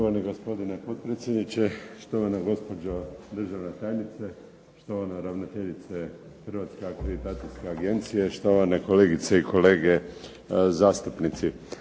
Štovani gospodine potpredsjedniče, štovana gospođo državna tajnice, štovana ravnateljice Hrvatske akreditacijske agencije, štovane i kolegice i kolege zastupnici.